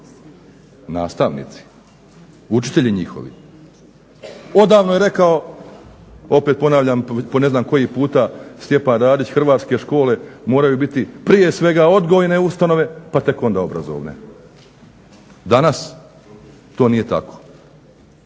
Nastavnici, učitelji njihovi. Odavno je rekao, opet ponavljam po ne znam koji puta Stjepan Radić hrvatske škole moraju biti prije svega odgojne ustanove, pa tek onda obrazovne. Danas to nije tako.